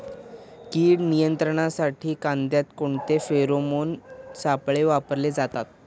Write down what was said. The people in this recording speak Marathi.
कीड नियंत्रणासाठी कांद्यात कोणते फेरोमोन सापळे वापरले जातात?